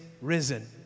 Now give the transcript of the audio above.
risen